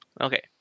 Okay